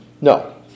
No